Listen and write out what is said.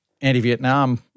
anti-Vietnam